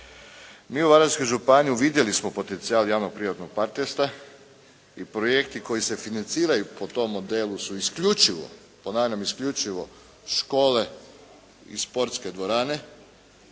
Mi u Varaždinskoj županiji uvidjeli smo potencijal javno-privatnog partnerstva i projekti koji se financiraju po tom modelu su isključivo, ponavljam isključivo škole i sportske dvorane